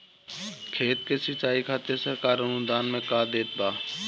खेत के सिचाई खातिर सरकार अनुदान में का देत बा?